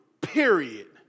period